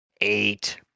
Eight